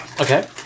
Okay